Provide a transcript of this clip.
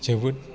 जोबोद